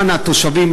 למען התושבים,